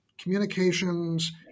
communications